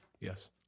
Yes